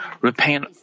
repent